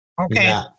Okay